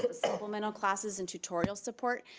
but supplemental classes and tutorial support,